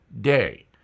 day